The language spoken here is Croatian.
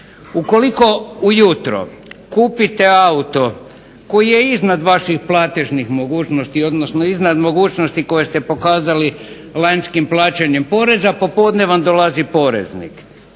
Ukoliko ujutro kupite auto koji je iznad vaših platežnih mogućnosti odnosno iznad mogućnosti koje ste pokazali lanjskim plaćanjem poreza popodne vam dolazi poreznik